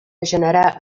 generar